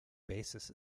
basis